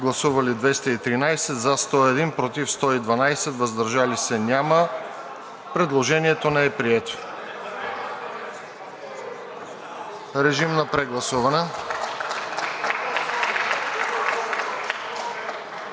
представители: за 101, против 112, въздържали се няма. Предложението не е прието. Режим на прегласуване.